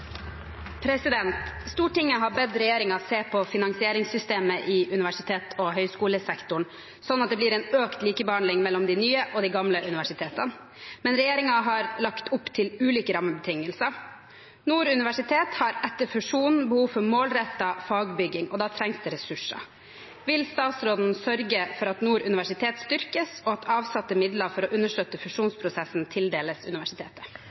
de gamle universitetene. Men regjeringen har lagt opp til ulike rammebetingelser. Nord universitet har etter fusjonen behov for målrettet fagbygging, og da trengs det ressurser. Vil statsråden sørge for at Nord universitet styrkes, og at avsatte midler for å understøtte fusjonsprosessen tildeles universitetet?»